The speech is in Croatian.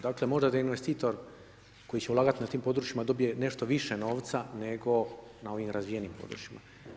Dakle, možda da investitor koji će ulagat na tim područjima dobije nešto više novca nego na ovim razvijenim područjima.